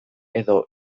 edo